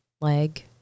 Leg